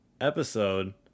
episode